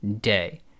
day